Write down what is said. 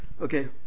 Okay